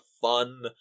fun